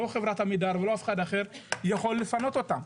לא עמידר ולא אף אחד אחר יכול לפנות אותם.